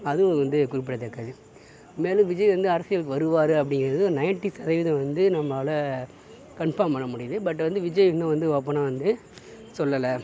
அதுவும் வந்து குறிப்பிடத்தக்கது மேலும் விஜய் வந்து அரசியலுக்கு வருவார் அப்படிங்கறது நைண்ட்டி சதவீதம் வந்து நம்மால் கன்ஃபார்ம் பண்ண முடியுது பட் வந்து விஜய் இன்னும் வந்து ஓப்பனாக வந்து சொல்லலை